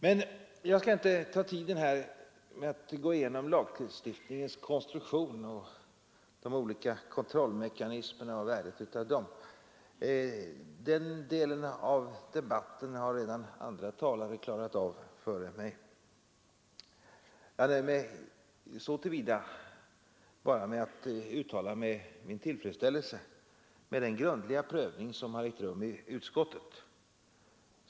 Men jag skall inte uppta tiden här med att gå igenom lagstiftningens konstruktion och de olika kontrollmekanismerna och värdet av dem. Den delen av debatten har redan andra talare klarat av före mig. Jag nöjer mig så till vida med att uttala min tillfredsställelse med den grundliga prövning som har ägt rum i utskottet.